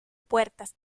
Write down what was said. puertas